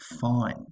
fine